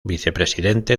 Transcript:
vicepresidente